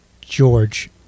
George